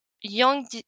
young